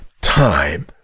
time